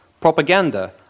propaganda